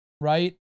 right